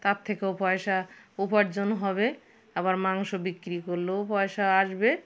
তার থেকেও পয়সা উপার্জন হবে আবার মাংস বিক্রি করলেও পয়সা আসবে